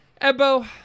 Ebo